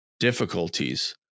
difficulties